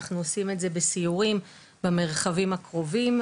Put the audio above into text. אנחנו עושים את זה בסיורים במרחבים הקרובים,